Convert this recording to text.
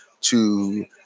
to-